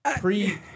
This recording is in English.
pre